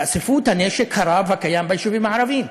תאספו את הנשק הרב הקיים ביישובים הערביים,